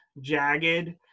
jagged